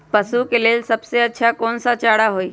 पशु के लेल सबसे अच्छा कौन सा चारा होई?